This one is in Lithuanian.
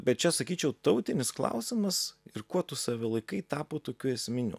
bet čia sakyčiau tautinis klausimas ir kuo tu save laikai tapo tokiu esminiu